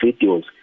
videos